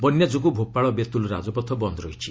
ବନ୍ୟା ଯୋଗୁଁ ଭୋପାଳ ବେତୁଲ ରାଜପଥ ବନ୍ଦ ରହିଛି